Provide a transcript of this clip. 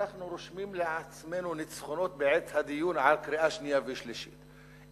כשאנחנו רושמים לעצמנו ניצחונות בעת הדיון בקריאה שנייה ובקריאה שלישית,